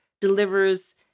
delivers